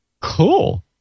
Cool